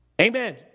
Amen